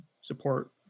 support